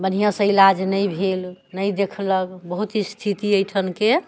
बढ़िआँसँ इलाज नहि भेल नहि देखलक बहुत ही स्थिति अइठनके